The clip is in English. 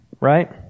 right